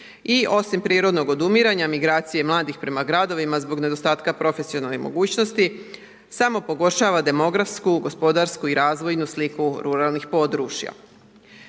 i osim prirodnog odumiranja, migracije i mladih prema gradovima zbog nedostatka profesionalnih mogućnosti, samo pogoršava demografsku, gospodarsku i razvojnu sliku ruralnih područja.